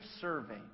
survey